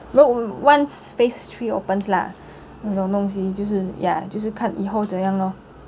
no once phase three opens lah 那种东西就是 ya 就是看以后怎样 lor